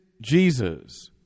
Jesus